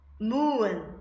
moon